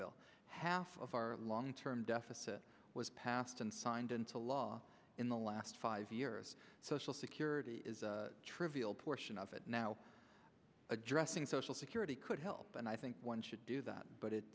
bill half of our long term deficit was passed and signed into law in the last five years social security is a trivial portion of it now addressing social security could help and i think one should do that but it